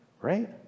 right